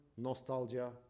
nostalgia